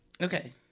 Okay